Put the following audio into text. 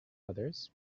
others